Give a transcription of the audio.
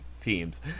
Teams